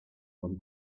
one